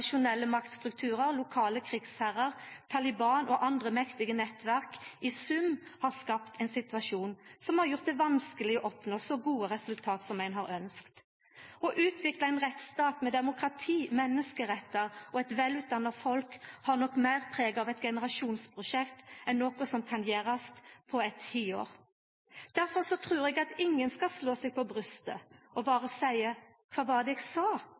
tradisjonelle maktstrukturar, lokale krigsherrar, Taliban og andre mektige nettverk i sum har skapt ein situasjon som har gjort det vanskeleg å oppnå så gode resultat som ein har ønskt. Å utvikla ein rettsstat med demokrati, menneskerettar og eit velutdanna folk har nok meir preg av eit generasjonsprosjekt enn noko som kan gjerast på eit tiår. Difor trur eg at ingen skal slå seg på brystet og berre seia kva var det eg sa.